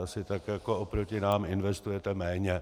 Asi tak jako oproti nám investujete méně.